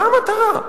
מה המטרה?